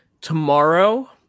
tomorrow